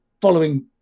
following